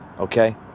Okay